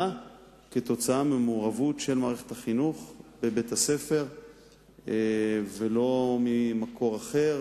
כתוצאה ממעורבות של מערכת החינוך בבית-הספר ולא ממקור אחר,